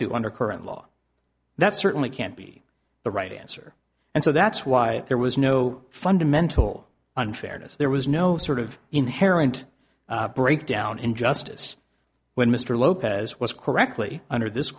to under current law that certainly can't be the right answer and so that's why there was no fundamental unfairness there was no sort of inherent breakdown in justice when mr lopez was correctly under this